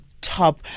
top